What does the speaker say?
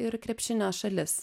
ir krepšinio šalis